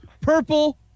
Purple